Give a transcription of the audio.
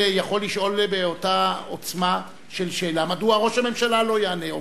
יכול לשאול באותה עוצמה של שאלה מדוע ראש הממשלה לא יענה,